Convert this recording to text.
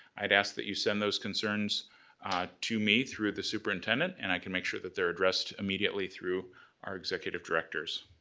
i'd ask that you send those concerns to me, through the superintendent, and i can make sure that they're addressed immediately through our executive directors.